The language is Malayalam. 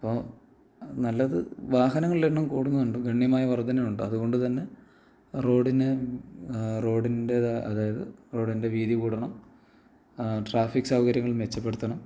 അപ്പോൾ നല്ലത് വാഹനങ്ങളുടെ എണ്ണം കൂടുന്നുണ്ട് ഗണ്യമായ വർദ്ധനയുണ്ട് അതുകൊണ്ട് തന്നെ റോഡിനു റോഡിൻറ്റേതാണ് അതായത് റോഡിൻ്റെ വീതി കൂടണം ട്രാഫിക് സൗകര്യങ്ങൾ മെച്ചപ്പെടുത്തണം